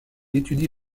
étudie